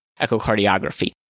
echocardiography